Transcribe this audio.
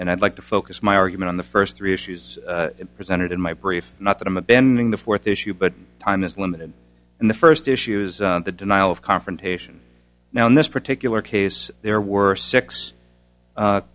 and i'd like to focus my argument on the first three issues presented in my brief not that i'm abandoning the fourth issue but time is limited and the first issues the denial of confrontation now in this particular case there were six